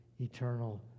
eternal